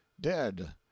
dead